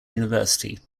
university